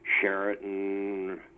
Sheraton